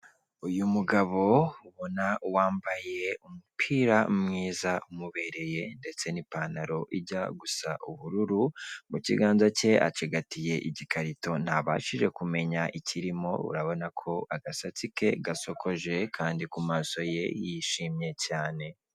Uyu mugabo ubona wambaye umupira mwiza umubereye ndetse n'ipantaro ijya gusa ubururu, mu kiganza cye acigatiye igikarito ntabashije kumenya ikirimo urabona ko agasatsi ke gasokoje kandi kumaso ye yishimye cyane.